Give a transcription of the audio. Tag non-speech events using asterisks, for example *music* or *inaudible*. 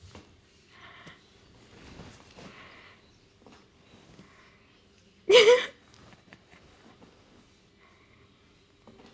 *laughs*